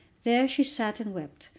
there she sat and wept,